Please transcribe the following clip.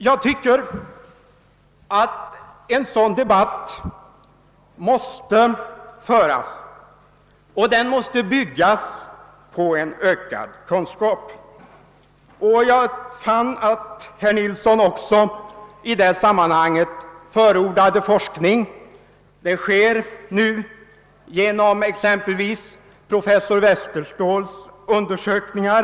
Jag tycker att en sådan debatt måste föras, och den måste bygga på en ökad kunskap. Herr Nilsson förordade i detta sammanhang forskning. Sådan pågår exempelvis genom professor Westerståhls undersökningar.